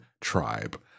tribe